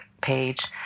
page